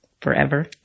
forever